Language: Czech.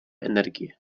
energie